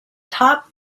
top